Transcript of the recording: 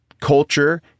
culture